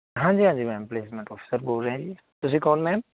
ਹਾਂਜੀ ਹਾਂਜੀ ਮੈਮ ਬੋਲ ਰਿਹਾ ਜੀ ਤੁਸੀਂ ਕੌਣ ਮੈਮ